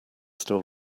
still